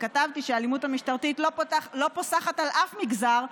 כתבתי שהאלימות המשטרתית לא פוסחת על אף מגזר,